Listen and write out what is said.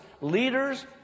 leaders